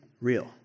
real